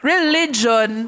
Religion